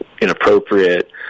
inappropriate